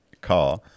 car